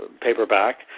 paperback